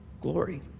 glory